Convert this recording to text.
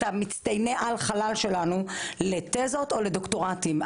המצטיינים שלנו לתזות או לדוקטורנטים.